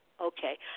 Okay